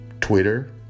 Twitter